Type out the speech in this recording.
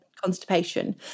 constipation